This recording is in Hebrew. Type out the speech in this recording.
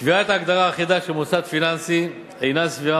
קביעת הגדרה אחידה של "מוסד פיננסי" אינה סבירה,